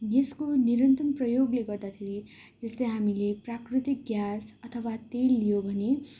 ग्यासको निरन्तन प्रयोगले गर्दाखेरि जस्तै हामीले प्राकृतिक ग्यास अथवा तेल लियो भने